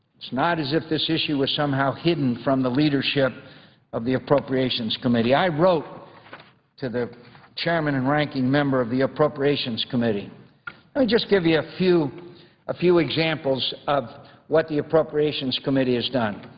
it's not as if this issue was somehow hidden from the leadership of the appropriations committee. i wrote to the chairman and ranking member of the appropriations committee. let me just give you a few a few examples of what the appropriations committee has done.